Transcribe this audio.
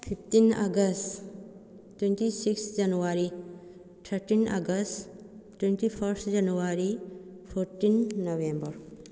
fifteen August twenty six January thirteen August twenty first January fourteen November